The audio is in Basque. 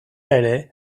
ere